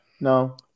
No